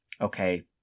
okay